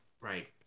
right